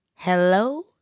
Hello